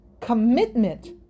commitment